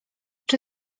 czy